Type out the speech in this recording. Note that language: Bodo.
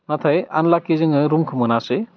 नाथाय आनलाकि जोङो रुमखौ मोनासै